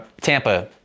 Tampa